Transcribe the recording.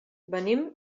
venim